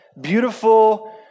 beautiful